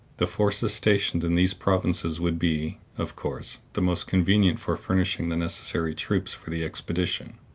the forces stationed in these provinces would be, of course, the most convenient for furnishing the necessary troops for the expedition.